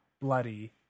bloody